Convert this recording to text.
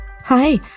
Hi